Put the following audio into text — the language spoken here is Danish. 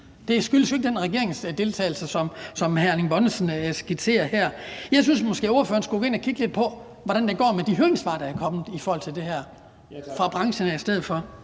Det skyldes jo ikke den regeringsdeltagelse, som hr. Erling Bonnesen skitserer det her. Jeg synes måske, at ordføreren skulle gå ind at kigge lidt på, hvordan det går med de høringssvar, der er kommet til det her fra branchen, i stedet for.